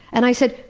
and i said,